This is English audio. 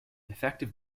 effective